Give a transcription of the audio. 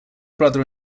brother